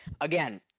again